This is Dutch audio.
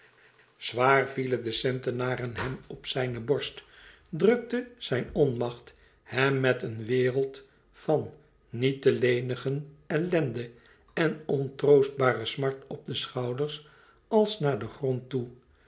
zwaar vielen de centenaren hem op zijne borst drukte zijn onmacht hem met een wereld van niet te lenigen ellende en ontroostbare smart op de schouders als naar den grond toe